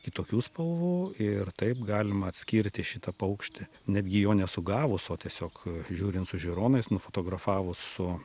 kitokių spalvų ir taip galima atskirti šitą paukštį netgi jo nesugavus o tiesiog žiūrint su žiūronais nufotografavus su